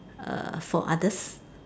err for others